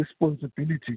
responsibility